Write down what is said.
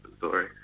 sorry